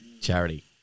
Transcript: charity